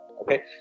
Okay